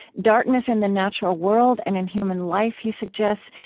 darkness in the natural world and in human life, he suggests,